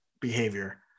behavior